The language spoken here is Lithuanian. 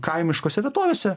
kaimiškose vietovėse